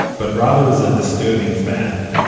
but rather as a disturbing fad.